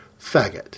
faggot